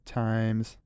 times